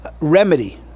remedy